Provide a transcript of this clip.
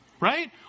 Right